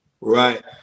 Right